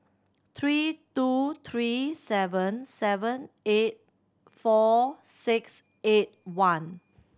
three two three seven seven eight four six eight one